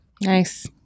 Nice